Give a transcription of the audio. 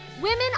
Women